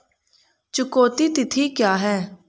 चुकौती तिथि क्या है?